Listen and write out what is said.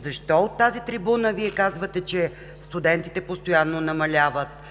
Защо от тази трибуна Вие казвате, че студентите постоянно намаляват?